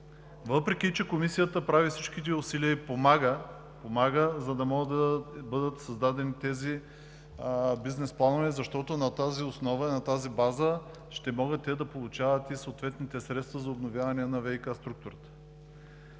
въпреки че Комисията прави всичките усилия и помага, за да могат да бъдат създадени тези бизнес планове, защото на тази основа и на тази база ще могат те да получат и съответните средства за обновяване на ВиК структурите.